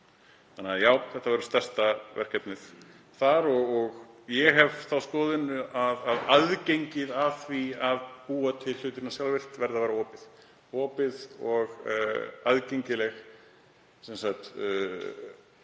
Þannig að já, þetta verður stærsta verkefnið. Ég hef þá skoðun að aðgengið að því að búa hlutina til sjálfvirkt verði að vera opið, opin og aðgengileg aðkoma